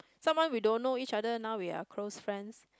someone we don't know each other now we are close friends